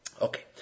Okay